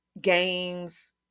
games